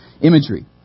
imagery